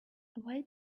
why